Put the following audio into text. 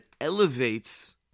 elevates